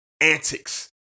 antics